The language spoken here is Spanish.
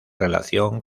relación